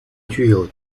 具有